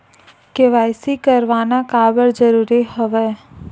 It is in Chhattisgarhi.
के.वाई.सी करवाना काबर जरूरी हवय?